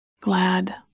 Glad